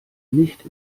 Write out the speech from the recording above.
nicht